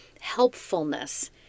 helpfulness